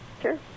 Sure